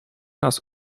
nas